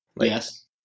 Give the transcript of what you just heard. yes